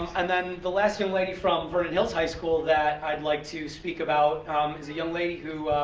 and then the last young lady from vernon hills high school that i'd like to speak about is a young lady who,